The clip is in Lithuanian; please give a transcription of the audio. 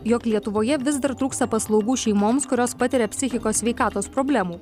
jog lietuvoje vis dar trūksta paslaugų šeimoms kurios patiria psichikos sveikatos problemų